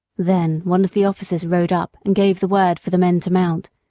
then one of the officers rode up and gave the word for the men to mount,